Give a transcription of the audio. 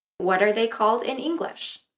what are they called in english?